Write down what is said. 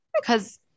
Because-